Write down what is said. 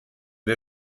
der